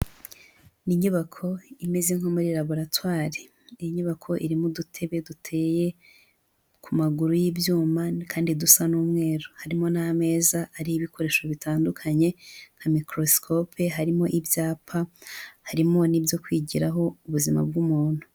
Ni inyubako imeze nko muri laboratwari, iyi nyubako irimo udutebe duteye ku maguru y'ibyuma, kandi dusa n'umweru, harimo n'ameza ariho ibikoresho bitandukanye nka mikorosikope, harimo ibyapa, harimo n'ibyo kwigiraho ubuzima bw'umuntu.